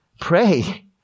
pray